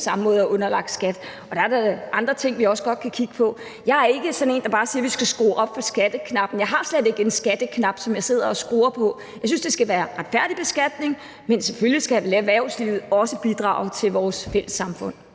samme måde er underlagt at betale skat. Der er også andre ting, vi kan kigge på. Jeg er ikke sådan en, der bare siger, at vi skal skrue op for skatteknappen. Jeg har slet ikke en skatteknap, som jeg sidder og skruer på. Jeg synes, at det skal være en retfærdig beskatning, men selvfølgelig skal erhvervslivet også bidrage til vores fælles samfund.